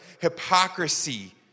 hypocrisy